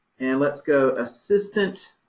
and let's go assistant.